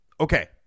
okay